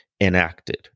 enacted